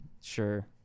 Sure